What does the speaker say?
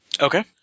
Okay